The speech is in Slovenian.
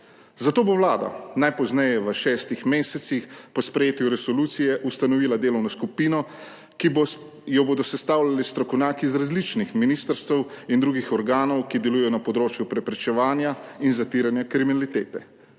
Zato bo Vlada najpozneje v šestih mesecih po sprejetju resolucije ustanovila delovno skupino, ki jo bodo sestavljali strokovnjaki z različnih ministrstev in drugih organov, ki delujejo na področju preprečevanja in zatiranja kriminalitete.